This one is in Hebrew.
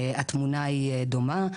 התמונה היא דומה.